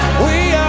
way.